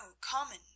common